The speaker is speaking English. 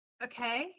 Okay